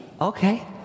Okay